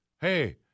Hey